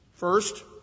First